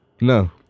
No